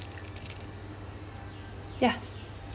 ya